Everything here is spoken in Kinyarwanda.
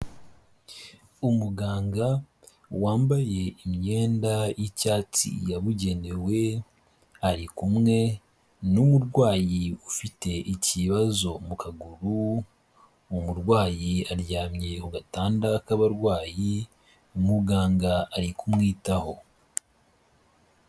Umuganga wambaye imyenda y'icyatsi yabugenewe, ari kumwe n'umurwayi ufite ikibazo mu kaguru, umurwayi aryamye ku gatanda k'abarwayi, muganga ari kumwitaho.